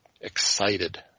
excited